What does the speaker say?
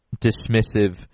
dismissive